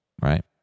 right